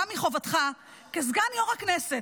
גם מחובתך כסגן יו"ר הכנסת,